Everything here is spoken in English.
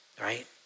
right